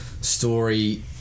story